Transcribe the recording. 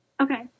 Okay